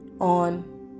on